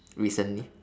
recently